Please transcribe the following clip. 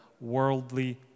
worldly